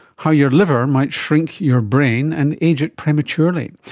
how your liver might shrink your brain and age it prematurely.